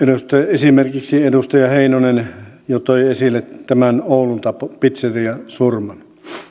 esimerkiksi edustaja heinonen jo toi esille tämän oulun pitseriasurman